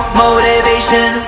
motivation